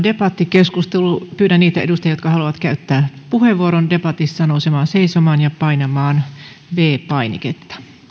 debattikeskustelu pyydän niitä edustajia jotka haluavat käyttää puheenvuoron debatissa nousemaan seisomaan ja painamaan viides painiketta